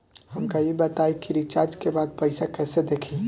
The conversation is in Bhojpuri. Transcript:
हमका ई बताई कि रिचार्ज के बाद पइसा कईसे देखी?